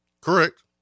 Correct